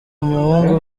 umuhungu